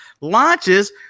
launches